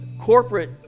corporate